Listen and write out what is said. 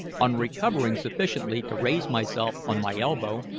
on recovering sufficiently to raise myself on my elbow,